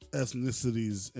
ethnicities